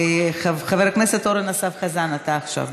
חבר הכנסת אורן אסף חזן, אתה עכשיו.